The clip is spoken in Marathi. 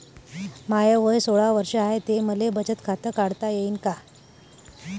माय वय सोळा वर्ष हाय त मले बचत खात काढता येईन का?